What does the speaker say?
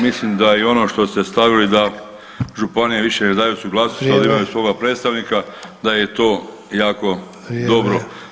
Mislim da i ono što ste stavili da županije više ne daju suglasnost [[Upadica Sanader: Vrijeme.]] one imaju svoga predstavnika da je to jako dobro.